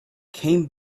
came